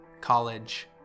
College